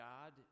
God